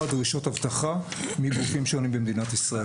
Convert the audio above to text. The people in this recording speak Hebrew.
דרישות אבטחה מגופים שונים במדינת ישראל.